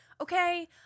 Okay